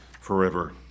forever